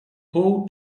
pół